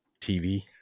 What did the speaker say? TV